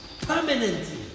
permanently